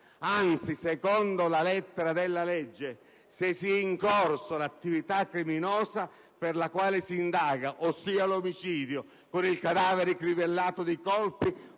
Anzi, secondo la lettura della norma, se sia in corso l'attività criminosa per la quale si indaga, ossia un omicidio (con un cadavere crivellato di colpi)